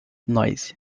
noise